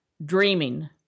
Dreaming